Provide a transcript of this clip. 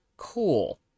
cool